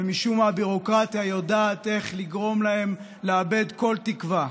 ומשום מה הביורוקרטיה יודעת איך לגרום להם לאבד כל תקווה.